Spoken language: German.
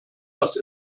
das